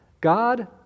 God